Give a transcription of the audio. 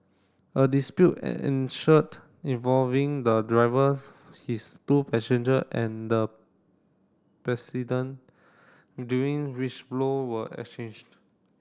a dispute ensured involving the driver his two passenger and the president during which blow were exchanged